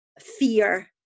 fear